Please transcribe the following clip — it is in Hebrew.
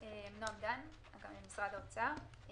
נעם דן ממשרד האוצר,